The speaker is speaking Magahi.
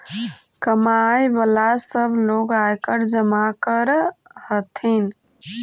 कमाय वला सब लोग आयकर जमा कर हथिन